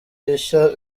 ibishya